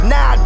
Now